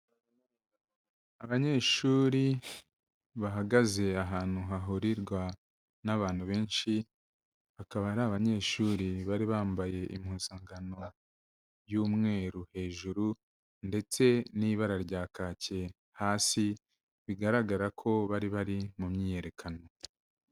Abanyeshuri bahagaze ahantu hahurirwa n'abantu benshi, bakaba ari abanyeshuri bari bambaye impuzankano y'umweru hejuru ndetse n'ibara rya kaki hasi, bigaragara ko bari bari mu myiyerekano.